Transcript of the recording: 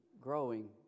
growing